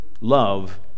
love